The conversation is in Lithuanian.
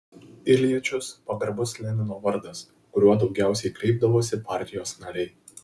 iljičius pagarbus lenino vardas kuriuo daugiausiai kreipdavosi partijos nariai